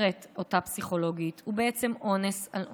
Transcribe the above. אומרת אותה פסיכולוגית, "הוא בעצם אונס על אונס.